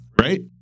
right